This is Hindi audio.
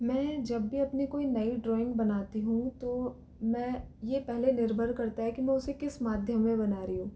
मै जब भी अपनी कोई नई ड्रॉइंग बनाती हूँ तो मैं यह पहले निर्भर करता है कि मैं उसे किस माध्यम में बना रही हूँ